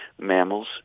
mammals